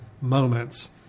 moments